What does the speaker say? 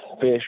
fish